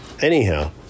Anyhow